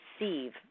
receive